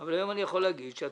אבל היום אני יכול להגיד שאת